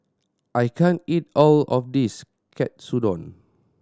I can't eat all of this Katsudon